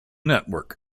network